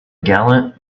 gallant